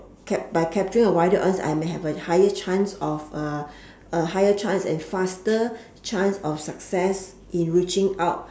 cap~ by capturing a wider audience I may have a higher chance of a a higher chance and faster chance of success in reaching out